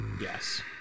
Yes